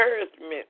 encouragement